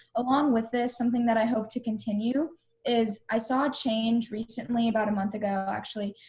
along with this something that i hope to continue is i saw a change recently about a month ago actually,